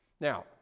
Now